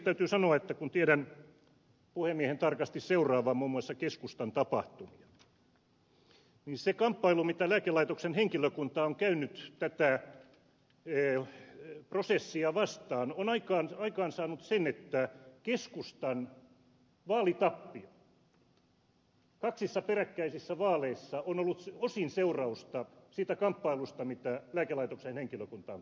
täytyy sanoa että kun tiedän puhemiehen tarkasti seuraavan muun muassa keskustan tapahtumia niin se kamppailu mitä lääkelaitoksen henkilökunta on käynyt tätä prosessia vastaan on aikaansaanut sen että keskustan vaalitappio kaksissa peräkkäisissä vaaleissa on ollut osin seurausta siitä kamppailusta mitä lääkelaitoksen henkilökunta on käynyt